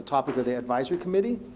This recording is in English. topic of the advisory committee.